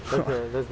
how ah